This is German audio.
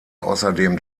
außerdem